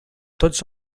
tots